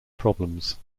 problems